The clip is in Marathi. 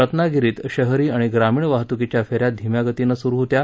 रत्नागिरीत शहरी व ग्रामीण वाहतुकीच्या फेऱ्या धिम्या गतीनं सुरू होत्या